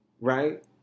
right